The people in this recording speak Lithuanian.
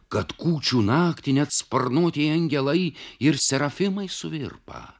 kad kūčių naktį net sparnuotieji angelai ir serafimai suvirpa